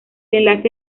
enlace